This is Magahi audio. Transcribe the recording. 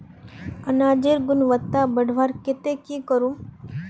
अनाजेर गुणवत्ता बढ़वार केते की करूम?